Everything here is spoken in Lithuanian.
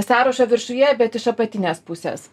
sąrašo viršuje bet iš apatinės pusės